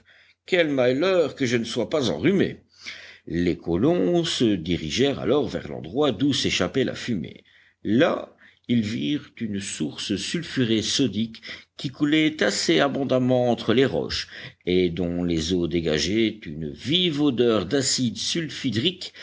quel malheur que je ne sois pas enrhumé les colons se dirigèrent alors vers l'endroit d'où s'échappait la fumée là ils virent une source sulfurée sodique qui coulait assez abondamment entre les roches et dont les eaux dégageaient une vive odeur d'acide sulfhydrique